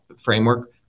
framework